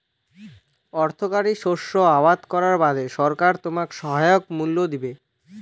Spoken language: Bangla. অর্থকরী শস্য আবাদ করার বাদে সরকার তোমাক সহায়ক মূল্য দিবে